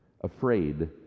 afraid